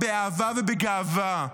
באהבה ובגאווה.